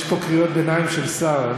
יש פה קריאות ביניים של שר.